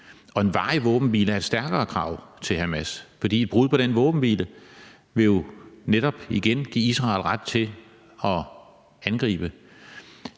Og en varig våbenhvile er et stærkere krav til Hamas, for et brud på den våbenhvile vil jo netop give Israel ret til at angribe.